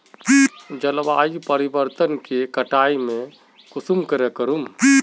जलवायु परिवर्तन के कटाई में कुंसम करे करूम?